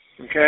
Okay